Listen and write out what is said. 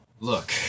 Look